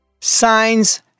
Signs